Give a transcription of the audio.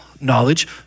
knowledge